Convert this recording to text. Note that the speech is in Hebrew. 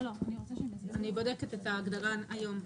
אני בודקת את ההגדרה היום.